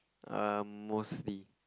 um mostly